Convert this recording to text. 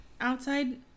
outside